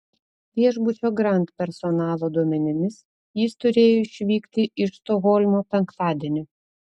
viešbučio grand personalo duomenimis jis turėjo išvykti iš stokholmo penktadienį